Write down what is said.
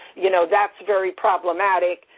you know, that's very problematic,